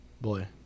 Boy